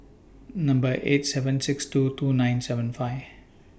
Number eight seven six two two nine seven five